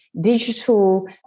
digital